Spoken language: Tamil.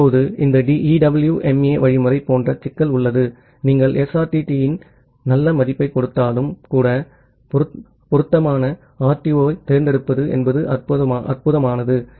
இப்போது இந்த EWMA வழிமுறை போன்ற சிக்கல் உள்ளது நீங்கள் SRTT இன் நல்ல மதிப்பைக் கொடுத்தாலும் கூட பொருத்தமான RTO ஐத் தேர்ந்தெடுப்பது என்பது அற்பமானது